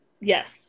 Yes